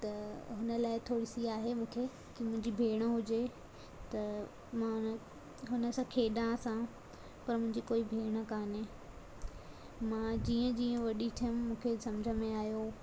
त हुन लाइ थोरी सी आहे मूंखे की मुंहिंजी भेण हुजे त मां हुन सां खेॾांसि हां पर मुंहिंजी कोई भेण कान्हे मां जीअं जीअं वॾी थियमि मूंखे सम्झ में आयो